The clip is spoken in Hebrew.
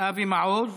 אבי מעוז,